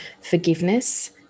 forgiveness